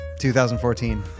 2014